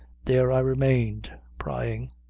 there i remained prying,